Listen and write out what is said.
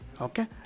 okay